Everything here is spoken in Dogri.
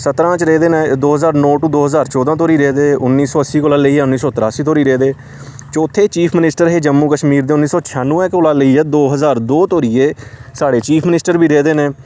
सत्तरां च रेह् न एह् दो ज्हार नौ तू दो्हार चौदां तो रेह्दे उन्नी सौ अस्सी कोला लेइयै उन्नी सौ तरासी धोड़ी रेह्दे चौथे चीफ मिनिस्टर हे जम्मू कश्मीर दे उन्नी सौ छेआनुऐ कोला लेइयै दो ज्हार दो तगर एह् साढ़े चीफ मिनिस्टर बी रेह्दे न